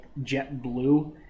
JetBlue